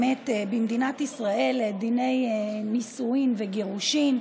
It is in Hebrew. במדינת ישראל דיני נישואין וגירושין,